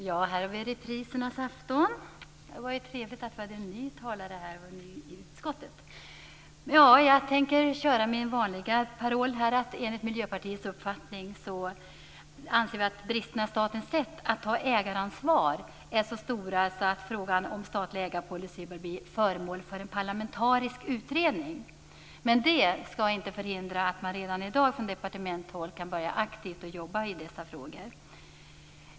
Fru talman! Det är reprisernas afton. Mikael Janson, det är trevligt med en ny talare här och en ny i utskottet. Jag tänker köra min vanliga paroll. Vi i Miljöpartiet anser att bristerna i statens sätt att ta ägaransvar är så stora att frågan om statlig ägarpolicy bör bli föremål för en parlamentarisk utredning. Men det skall inte förhindra att man redan i dag från departementshåll aktivt kan börja jobba med dessa frågor.